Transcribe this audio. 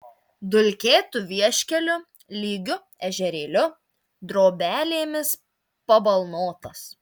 dulkėtu vieškeliu lygiu ežerėliu drobelėmis pabalnotas